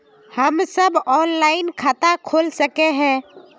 हम सब ऑनलाइन खाता खोल सके है?